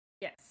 Yes